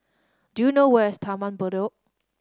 do you know where is Taman Bedok